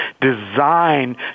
designed